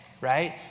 Right